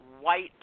White